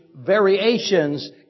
variations